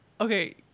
Okay